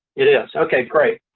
it is. okay. great.